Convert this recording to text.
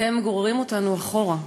אתם גוררים אותנו אחורה.